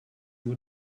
nur